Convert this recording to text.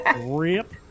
Rip